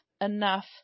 enough